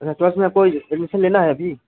class में कोई admission लेना है अभी